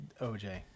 OJ